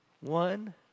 One